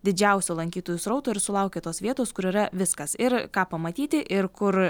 didžiausio lankytojų srauto ir sulaukė tos vietos kur yra viskas ir ką pamatyti ir kur